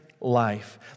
life